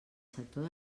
sector